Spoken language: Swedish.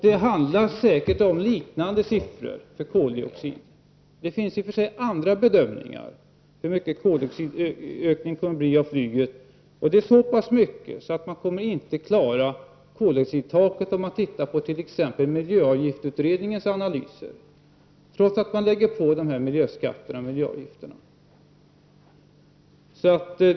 Det är säkert fråga om liknande siffror för koldioxid. Det finns i och för sig andra bedömningar för hur stor koldioxidökningen kommer att bli på grund av flyget. Om man ser på t.ex. miljöavgiftsutredningens analyser är det fråga om så pass mycket att koldioxidtaket inte kommer att klaras — trots att miljöskatterna och avgifterna läggs på.